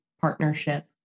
partnership